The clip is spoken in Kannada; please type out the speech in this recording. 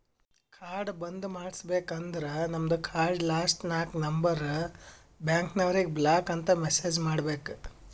ಕಾರ್ಡ್ ಬಂದ್ ಮಾಡುಸ್ಬೇಕ ಅಂದುರ್ ನಮ್ದು ಕಾರ್ಡ್ ಲಾಸ್ಟ್ ನಾಕ್ ನಂಬರ್ ಬ್ಯಾಂಕ್ನವರಿಗ್ ಬ್ಲಾಕ್ ಅಂತ್ ಮೆಸೇಜ್ ಮಾಡ್ಬೇಕ್